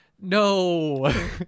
no